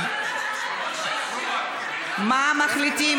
מה מחליטים?